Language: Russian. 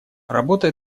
работа